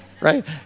right